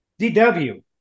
DW